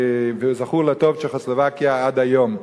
וזכורה לטוב צ'כוסלובקיה עד היום.